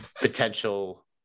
potential